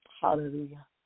Hallelujah